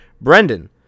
Brendan